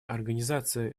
организации